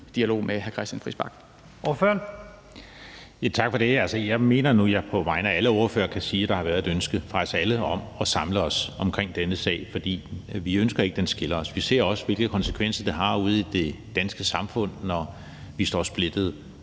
Jeg mener nu, at jeg på vegne af alle ordførere kan sige, at der har været et ønske fra os alle om at samle os omkring denne sag, for vi ønsker ikke, at den skiller os. Vi ser også, hvilke konsekvenser det har ude i det danske samfund, når vi står splittet.